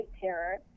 terror